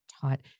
taught